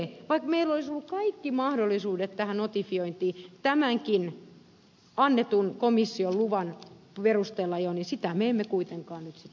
vaikka meillä olisi ollut kaikki mahdollisuudet tähän notifiointiin jo tämänkin annetun komission luvan perusteella niin sitä me emme kuitenkaan nyt sitten tee